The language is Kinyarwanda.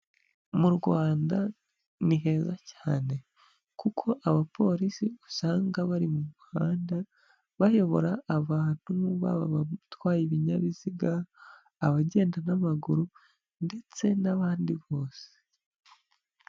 Mu Rwanda ni heza cyane kuko abapolisi usanga bari mu muhanda bayobora abantu baba batwaye ibinyabiziga, abagenda n'amaguru ndetse n'abandi bose.